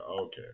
Okay